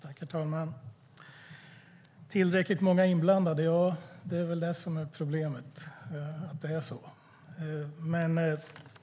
Herr talman! Maria Larsson säger att det är tillräckligt många inblandade. Ja, det är väl det som är problemet.